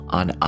on